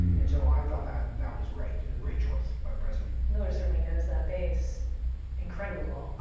and so i thought that that was great, a great choice by the president. miller certainly knows that base incredibly well.